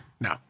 No